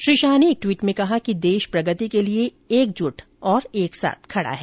श्री शाह ने एक ट्वीट में कहा कि देश प्रगति के लिए एकजुट और एक साथ खड़ा है